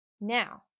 Now